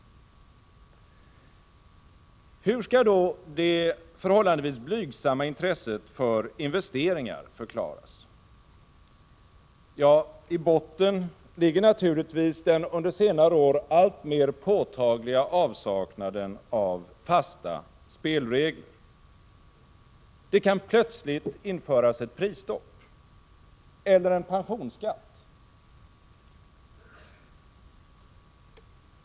Hur skall då det förhållandevis blygsamma intresset för investeringar förklaras? Ja, i botten ligger naturligtvis den under senare år alltmer påtagliga avsaknaden av fasta spelregler. Det kan plötsligt införas ett prisstopp eller en pensionsskatt.